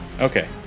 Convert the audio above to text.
Okay